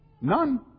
None